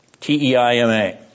T-E-I-M-A